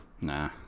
Nah